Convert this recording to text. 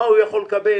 מה הוא יכול לקבל,